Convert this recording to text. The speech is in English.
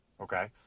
okay